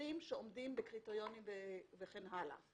סבירים שעומדים בקריטריונים וכן הלאה.